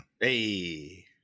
Hey